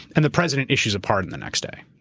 and the president issues a pardon the next day.